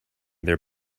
their